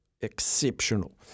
Exceptional